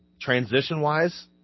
transition-wise